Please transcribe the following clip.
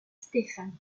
stefan